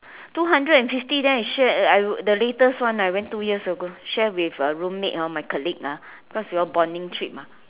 two hundred and fifty then I share uh I the latest one I went two years ago share with a roommate ah my colleague ah cause we all bonding trip ah